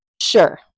Sure